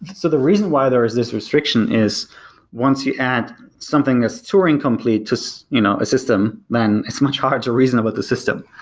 so the reason why there is this restrictions is once you add something that's touring completes to you know a system, then it's much hard to reason about the system,